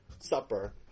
Supper